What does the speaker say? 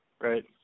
right